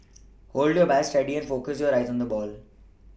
hold your bat steady and focus your eyes on the ball